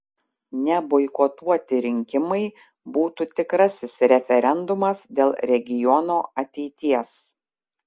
neboikotuoti rinkimai būtų tikrasis referendumas dėl regiono ateities